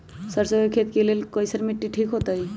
सरसों के खेती के लेल कईसन मिट्टी ठीक हो ताई?